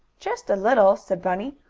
just a little, said bunny.